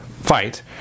fight